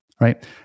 right